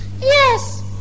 yes